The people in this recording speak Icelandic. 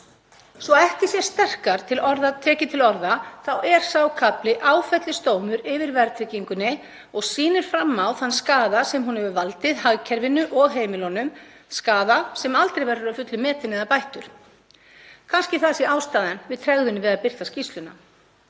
Svo ekki sé sterkar tekið til orða er sá kafli áfellisdómur yfir verðtryggingunni og sýnir fram á þann skaða sem hún hefur valdið hagkerfinu og heimilunum, skaða sem aldrei verður að fullu metinn eða bættur. Kannski það sé ástæðan fyrir tregðunni við að birta skýrsluna.